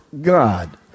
God